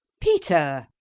peter!